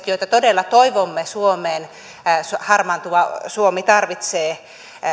joita todella toivomme suomeen harmaantuva suomi tarvitsee